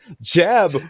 Jab